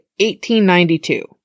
1892